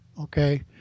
Okay